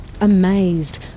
Amazed